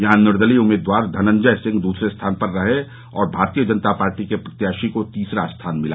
यहां निर्दलीय उम्मीदवार धनंजय सिंह दूसरे स्थान पर रहे और भारतीय जनता पार्टी के प्रत्याशी को तीसरा स्थान मिला